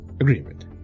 agreement